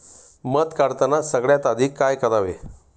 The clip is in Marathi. मध काढताना सगळ्यात आधी काय करावे?